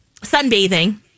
sunbathing